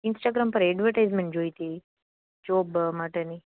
Instagram પર પેલી advertisement જોઈતી જોબ માટેની